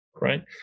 right